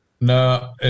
No